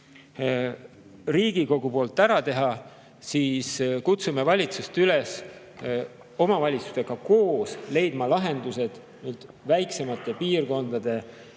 Riigikogu poolt ära teha, siis kutsume valitsust üles omavalitsustega koos leidma lahendused väiksemate piirkondade,